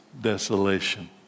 desolation